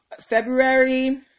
February